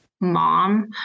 mom